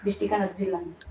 బిష్టికాన జిల్లా